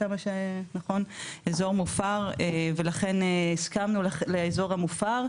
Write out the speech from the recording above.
אזור מופר ולכן הסכמנו לאזור המופר,